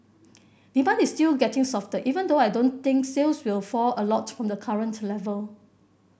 demand is still getting softer even though I don't think sales will fall a lot from the current level